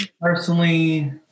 personally